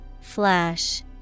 Flash